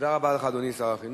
תודה רבה לך, אדוני שר החינוך.